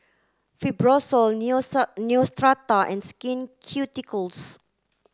Fibrosol Neostrata and Skin Ceuticals